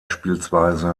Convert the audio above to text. bspw